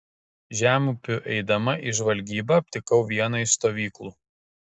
žemupiu eidama į žvalgybą aptikau vieną iš stovyklų